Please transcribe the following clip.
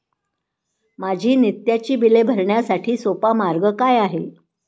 माझी नित्याची बिले भरण्यासाठी सोपा मार्ग काय आहे?